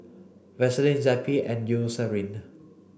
Vaselin Zappy and Eucerin